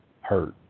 hurt